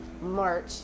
March